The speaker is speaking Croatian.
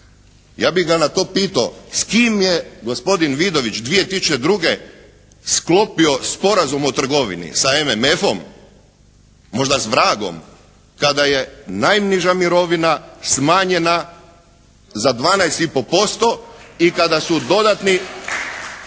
Ja bih ga na to pitao s kim je gospodin Vidović 2002. sklopio sporazum o trgovini. Sa MMF-om? Možda s vragom kada je najniža mirovina smanjena za 12 i pol posto i kada su dodatni